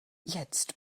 jetzt